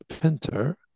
Pinter